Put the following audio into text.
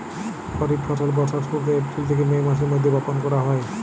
খরিফ ফসল বর্ষার শুরুতে, এপ্রিল থেকে মে মাসের মধ্যে বপন করা হয়